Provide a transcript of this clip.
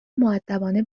مودبانه